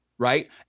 right